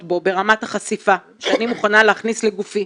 בו ברמת החשיפה שאני מוכנה להכניס לגופי,